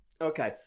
Okay